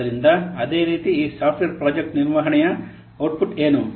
ಆದ್ದರಿಂದ ಅದೇ ರೀತಿ ಈ ಸಾಫ್ಟ್ವೇರ್ ಪ್ರಾಜೆಕ್ಟ್ ನಿರ್ವಹಣೆಯ ಔಟ್ಪುಟ್ ಏನು